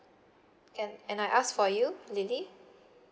can and I ask for you lily